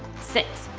six,